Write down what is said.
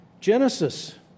Genesis